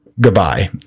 goodbye